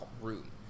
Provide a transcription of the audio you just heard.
room